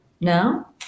now